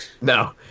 No